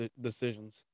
decisions